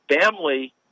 family